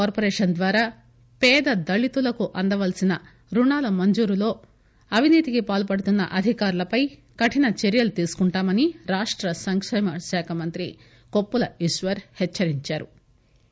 corporation ద్వారా పేద దళితులకు అందాల్సిన రుణాల మంజురులో అవినీతికి పాల్సడుతున్న అధికారులపై కఠిన చర్యలు తీసుకుంటామని రాష్ట సంకేమ శాఖ మంత్రి కొప్పుల ఈశ్వర్ హెచ్చరించారు